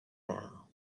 now